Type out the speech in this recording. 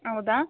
ಹೌದಾ